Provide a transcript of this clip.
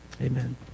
amen